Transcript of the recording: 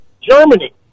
Germany